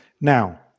Now